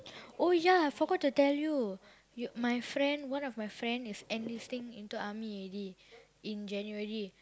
oh ya I forgot to tell you you my friend one of my friend is enlisting into army already in January